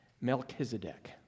Melchizedek